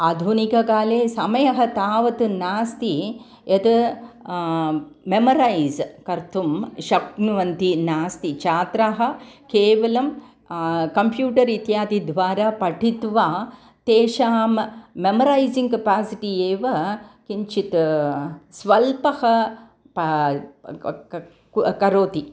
आधुनिककाले समयः तावत् नास्ति यत् मेमरैस् कर्तुं शक्नुवन्ति नास्ति छात्राः केवलं कम्प्यूटर् इत्यादिद्वारा पठित्वा तेषां मेमरैसिङ्ग् केपासिटि एव किञ्चित् स्वल्पः करोति